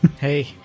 Hey